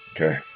Okay